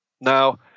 Now